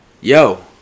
Yo